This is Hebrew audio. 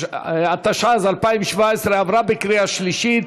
התשע"ז 2017, עברה בקריאה שלישית